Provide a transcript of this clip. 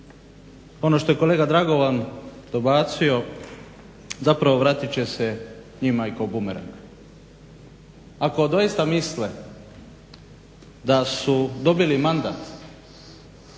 ono što je kolega Dragovan dobacio zapravo vratit će se njima i kao bumerang. Ako doista misle da su dobili mandat